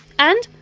and,